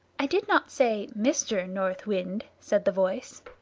i did not say mister north wind, said the voice.